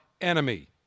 enemy